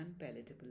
unpalatable